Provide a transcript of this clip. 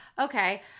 Okay